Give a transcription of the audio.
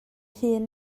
hun